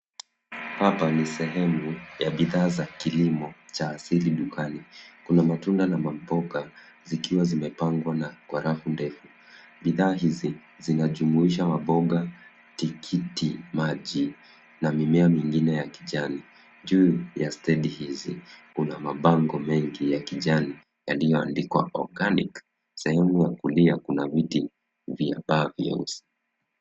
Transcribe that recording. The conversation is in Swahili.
Hapa ni sehemu ya bidhaa za kilimo cha asili dukani, kuna matunda na mamboga zikiwa zimepangwa na kwa rafu ndefu. Bidhaa hizi zinajumuisha mamboga, tikiti maji na mimea mingine ya kijani. Juu ya stendi hizi kuna mabango mengi ya kijani yaliyoandikwa organic sehemu ya kulia kuna miti vya paa vieusi.